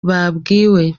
babwiwe